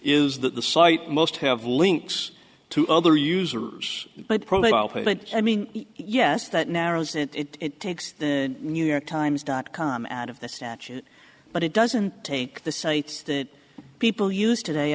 is that the site most have links to other users but i mean yes that narrows it it takes the new york times dot com out of the statute but it doesn't take the sites that people used today